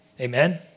Amen